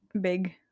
big